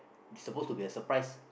is supposed to be a surprise